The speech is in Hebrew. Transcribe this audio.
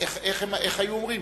איך היו אומרים?